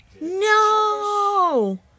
no